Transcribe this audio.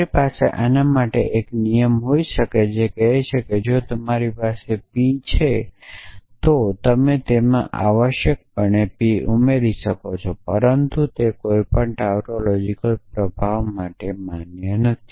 તમારી પાસે આના માટે એક નિયમ હોઈ શકે છે જે કહે છે કે જો તમારી પાસે પી છે તો તમે તેમાં આવશ્યકપણે પી ઉમેરી શકો છો પરંતુ તે કોઈપણ ટાઉટોલોજિકલ પ્રભાવ માટે માન્ય છે